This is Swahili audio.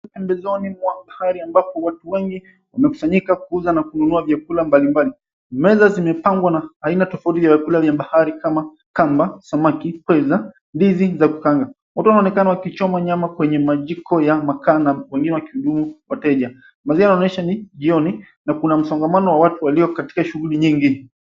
Pembezoni mwa bahari ambapo watu wengi wamekusanyika kuuza na kununua vyakula mbalimbali. Meza zimepangwa na aina tofauti ya vyakula ya bahari kama kamba, samaki, pweza ndizi za kukaanga. Watu wanaonekana wakichoma nyama kwenye majiko ya makaa na wengine wakihudumu wateja. Mandhari yanaonyesha jioni na kuna msongomano wa watu walio katika shughuli nyingi.